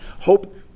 Hope